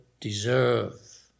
deserve